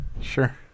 Sure